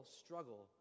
struggle